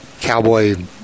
cowboy